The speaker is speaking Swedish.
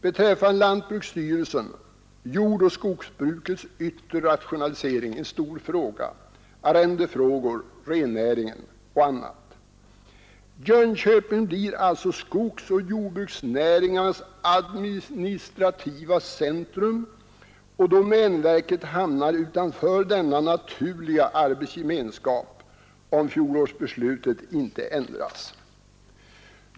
För lantbruksstyrelsen: jordoch skogsbrukets yttre rationalisering — det är en stor fråga —, arrendefrågor, rennäringen osv. Jönköping blir alltså skogsoch jordbruksnäringarnas administrativa centrum och domänverket hamnar utanför denna naturliga gemenskap, om fjolårsbeslutet inte ändras.